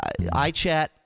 iChat